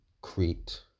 Crete